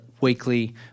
weekly